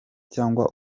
cyangwa